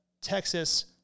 Texas